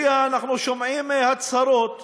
שלפיה אנחנו שומעים הצהרות